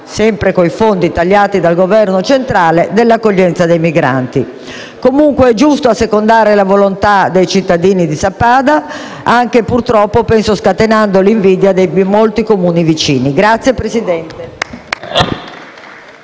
sempre con i fondi tagliati dal Governo centrale, dell'accoglienza dei migranti. Comunque, è giusto assecondare la volontà dei cittadini di Sappada, anche se, purtroppo, penso che ciò scatenerà l'invidia di molti Comuni vicini. *(Applausi